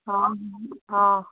ହଁ ହଁ